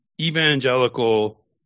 evangelical